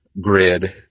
grid